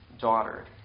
daughter